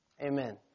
Amen